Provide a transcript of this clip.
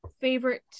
favorite